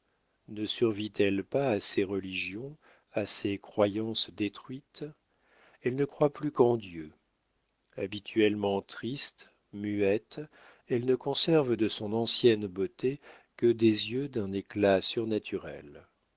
ne survit elle pas à ses religions à ses croyances détruites elle ne croit plus qu'en dieu habituellement triste muette elle ne conserve de son ancienne beauté que des yeux d'un éclat surnaturel